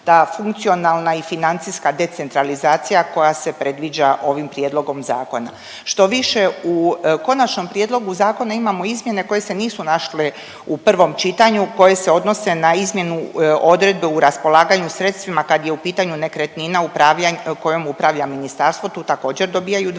da funkcionalna i financijska decentralizacija koja se predviđa ovim prijedlogom zakona. Štoviše u konačnom prijedlogu zakona imamo izmjene koje se nisu našle u prvom čitanju koje se odnose na izmjenu odredbe u raspolaganju sredstvima kad je u pitanju nekretnina kojom upravlja ministarstvo. Tu također dobijaju 20%.